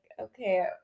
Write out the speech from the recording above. okay